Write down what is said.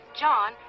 john